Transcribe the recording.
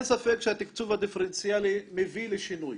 אין ספק שהתקצוב הדיפרנציאלי מביא לשינוי,